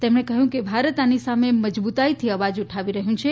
તેમણે કહ્યું કે ભારત આની સામે મજબૂતાઇથી અવાજ ઉઠાવી રહ્યું છે